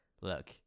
look